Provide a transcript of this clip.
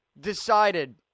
decided